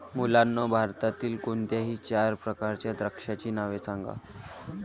मुलांनो भारतातील कोणत्याही चार प्रकारच्या द्राक्षांची नावे सांगा